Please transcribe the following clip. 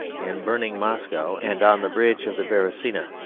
in burning moscow and on the bridge of the beresina,